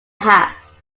half